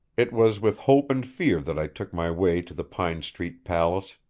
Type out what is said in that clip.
it was with hope and fear that i took my way to the pine street palace.